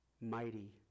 mighty